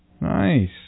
Nice